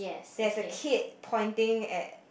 there's a kid pointing at